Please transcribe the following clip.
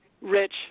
rich